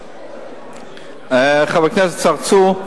חבר הכנסת צרצור,